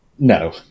No